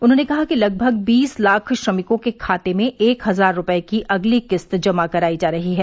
उन्होंने कहा कि लगभग बीस लाख श्रमिकों के खाते में एक हजार रूपये की अगली किस्त जमा कराई जा रही है